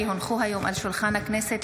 כי הונחו היום על שולחן הכנסת,